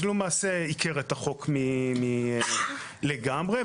עיקר את החוק לגמרי.